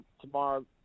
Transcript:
tomorrow